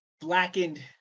blackened